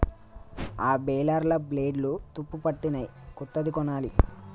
ఆ బేలర్ల బ్లేడ్లు తుప్పుపట్టినయ్, కొత్తది కొనాలి